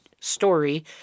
Story